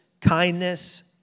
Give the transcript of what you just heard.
kindness